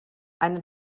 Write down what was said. eine